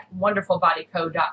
wonderfulbodyco.com